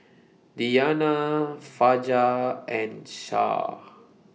Diyana Fajar and Shah